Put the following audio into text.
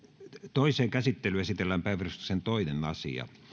toiseen käsittelyyn esitellään päiväjärjestyksen toinen asia